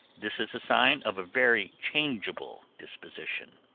this is a sign of a very changeable disposition.